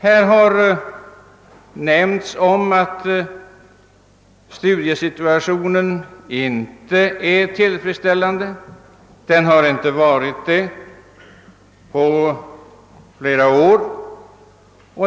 Här har nämnts att studiesituationen inte är tillfredsställande och inte har varit det på flera år.